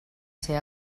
ser